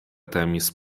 temis